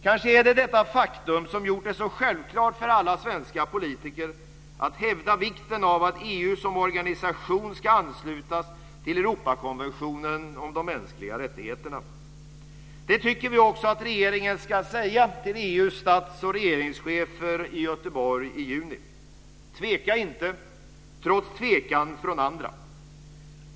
Kanske är det detta faktum som har gjort det så självklart för alla svenska politiker att hävda vikten av att EU som organisation ska anslutas till Europakonventionen om de mänskliga rättigheterna. Det tycker vi också att regeringen ska säga till EU:s statsoch regeringschefer i Göteborg i juni. Tveka inte, trots tvekan från andra!